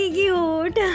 cute